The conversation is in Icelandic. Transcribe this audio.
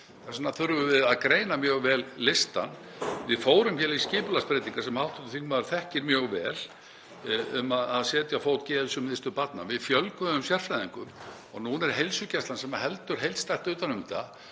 þurfum við að greina mjög vel listann. Við fórum í skipulagsbreytingar, sem hv. þingmaður þekkir mjög vel, um að setja á fót geðheilsumiðstöð barna. Við fjölguðum sérfræðingum og núna er heilsugæslan, sem heldur heildstætt utan um